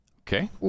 okay